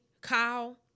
Kyle